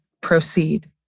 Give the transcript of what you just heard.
proceed